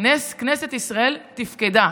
כנסת ישראל תפקדה.